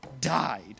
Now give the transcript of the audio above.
died